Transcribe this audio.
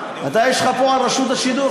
אתה יש לך פה על רשות השידור,